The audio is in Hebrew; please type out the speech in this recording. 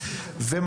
פה,